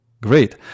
Great